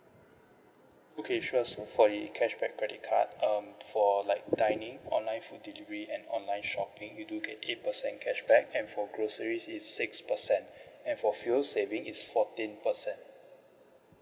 okay sure so for the cashback credit card um for like dining online food delivery and online shopping you do get eight percent cashback and for groceries is six percent and for fuel saving is fourteen percent